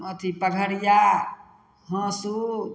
अथी पघरिआ हाँसु